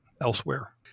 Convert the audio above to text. elsewhere